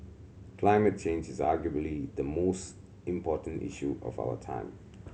climate change is arguably the most important issue of our time